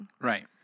Right